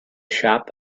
shop